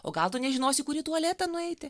o gal tu nežinosi kur į tualetą nueiti